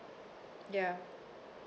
ya